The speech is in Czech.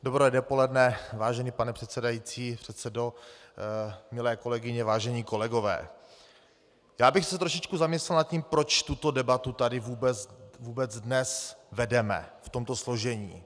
Dobré dopoledne vážený pane předsedající, předsedo, milé kolegyně, vážení kolegové, já bych se trošičku zamyslel nad tím, proč tuto debatu tady vůbec dnes vedeme v tomto složení.